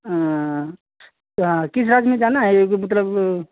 हाँ अच्छा किस राज्य में जाना है यह जो मतलब